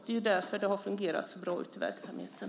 Det är därför som det har fungerat så bra ute i verksamheten.